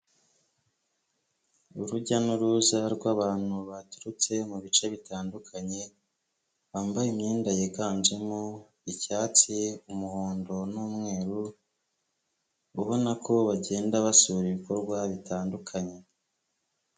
Urujya n'uruza rw'abantu baturutse mu bice bitandukanye bambaye imyenda yiganjemo icyatsi, umuhondo, n'umweru. Ubona ko bagenda basura ibikorwa bitandukanye.